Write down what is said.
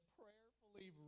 prayerfully